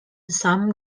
some